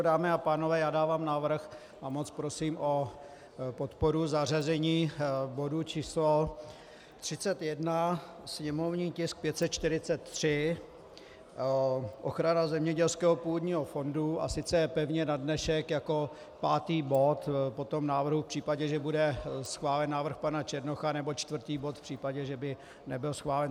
Dámy a pánové, dávám návrh a moc prosím o podporu zařazení bodu číslo 31, sněmovní tisk 543, ochrana zemědělského půdního fondu, a sice pevně na dnešek jako pátý bod po návrhu v případě, když bude schválen návrh pana Černocha, nebo čtvrtý bod v případě, že by nebyl schválen.